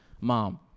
Mom